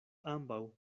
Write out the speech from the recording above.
ambaŭ